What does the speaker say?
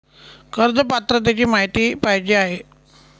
कर्ज पात्रतेची माहिती पाहिजे आहे?